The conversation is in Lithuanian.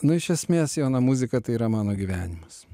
nu iš esmės jauna muzika tai yra mano gyvenimas